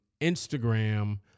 Instagram